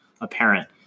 apparent